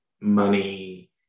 money